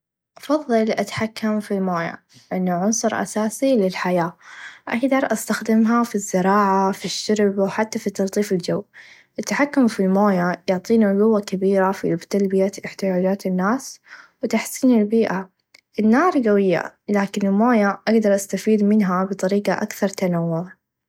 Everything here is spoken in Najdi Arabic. أفظل أتحكم في المويا لأنه عنصر أساسي للحياه أقدر أستخدمها في الزراعه في الشرب و حتى في تلطيف الچو التحكم في المويا يعطيني قوه كبيره في تلبيه إحتياچات الناس و تحسين البيئه النار قويه لاكن المويا أقدر أستفيد منها بطريقه أكثر تنوع.